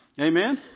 Amen